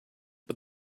but